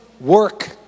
work